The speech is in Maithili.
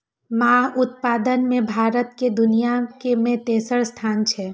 माछ उत्पादन मे भारत के दुनिया मे तेसर स्थान छै